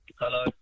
Hello